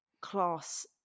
class